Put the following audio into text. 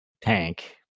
tank